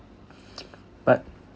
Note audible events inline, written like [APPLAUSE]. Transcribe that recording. [BREATH] [NOISE] but